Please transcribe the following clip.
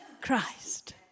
Christ